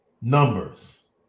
numbers